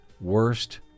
worst